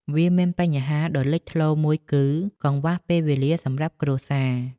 វាមានបញ្ហាដ៏លេចធ្លោមួយគឺ កង្វះពេលវេលាសម្រាប់គ្រួសារ។